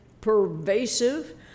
pervasive